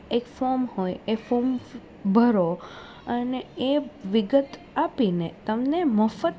એક ફોર્મ હોય એ ફોર્મ ભરો અને એ વિગત આપીને તમને મફત